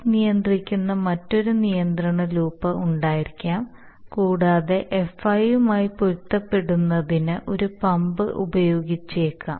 F നിയന്ത്രിക്കുന്ന മറ്റൊരു നിയന്ത്രണ ലൂപ്പ് ഉണ്ടായിരിക്കാം കൂടാതെ Fi യുമായി പൊരുത്തപ്പെടുന്നതിന് ഒരു പമ്പ് ഉപയോഗിച്ചേക്കാം